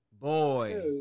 Boy